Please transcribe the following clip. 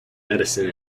medicine